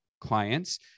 clients